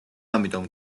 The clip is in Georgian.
ამიტომ